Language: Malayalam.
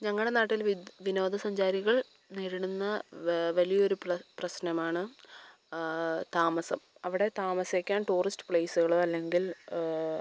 ഞങ്ങളുടെ നാട്ടിൽ വിനോദ സഞ്ചാരികൾ നേരിടുന്ന വലിയ ഒരു പ്രശ്നമാണ് താമസം അവിടെ താമസിക്കാൻ ടൂറിസ്റ്റ് പ്ലേസുകളോ അല്ലെങ്കിൽ